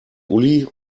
uli